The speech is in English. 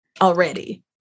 already